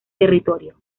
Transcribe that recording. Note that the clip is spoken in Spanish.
territorio